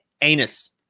anus